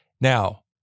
Now